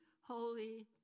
holy